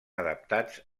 adaptats